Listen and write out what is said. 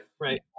right